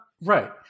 right